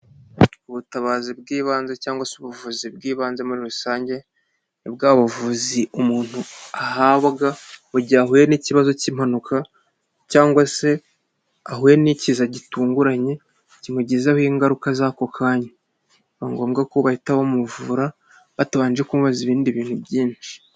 Ubutabazi bw'ibanze cyangwa se ubuvuzi bw'ibanze muri rusange, ni bwa buvuzi umuntu ahabwa, mu gihe ahuye n'ikibazo cy'impanuka, cyangwa se, ahuye n'ikiza gitunguranye, kimugizeho ingaruka z'ako kanya, biba ngombwa ko bahita bamuvura, batabanje kumubaza ibindi bintu byinshi.